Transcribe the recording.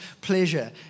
pleasure